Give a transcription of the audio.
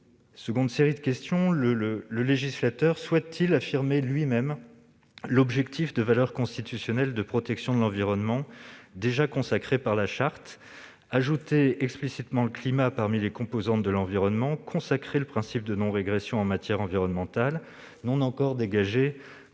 mondiaux »? Deuxièmement, le législateur souhaite-t-il affirmer lui-même l'objectif de valeur constitutionnelle de protection de l'environnement, déjà consacré par la Charte de l'environnement, ajouter explicitement le climat parmi les composantes de l'environnement, consacrer le principe de non-régression en matière environnementale, non encore dégagé